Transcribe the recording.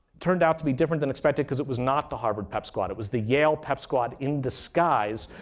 turned out to be different than expected because it was not the harvard pep squad. it was the yale pep squad in disguise,